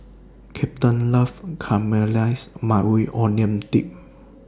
Captain loves Caramelized Maui Onion Dip